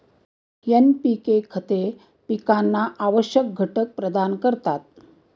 NPK खते पिकांना आवश्यक घटक प्रदान करतात